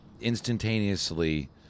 instantaneously